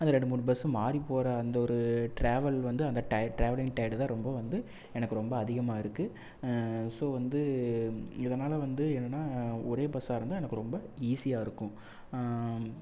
அந்த ரெண்டு மூணு பஸ்ஸு மாறி போகிற அந்த ஒரு டிராவல் வந்து அந்த ட டிராவலிங் டயர்டு தான் ரொம்ப வந்து எனக்கு ரொம்ப அதிகமாகருக்கு ஸோ வந்து இதனால் வந்து என்னன்னால் ஒரே பஸ்ஸாக இருந்தால் எனக்கு ரொம்ப ஈஸியாகருக்கும்